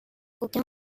aucun